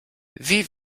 wie